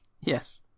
Yes